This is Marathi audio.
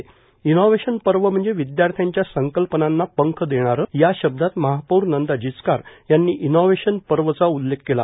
इनोव्हेशन पर्व म्हणजे विद्यार्थ्यांच्या संकल्पनांना पंख देणारे या शब्दात महापौर नंदा जिचकार यांनी इनोव्हेशन पर्वचा उल्लेख केला